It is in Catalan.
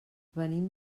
venim